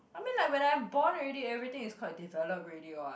I mean like when I'm born already everything is quite developed already what